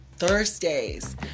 Thursdays